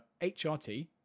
HRT